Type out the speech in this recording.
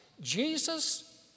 Jesus